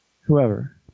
whoever